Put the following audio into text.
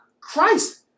Christ